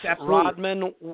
Rodman –